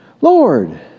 Lord